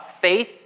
faith